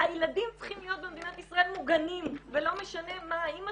הילדים צריכים להיות במדינת ישראל מוגנים ולא משנה מה האמא